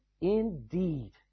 indeed